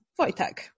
Wojtek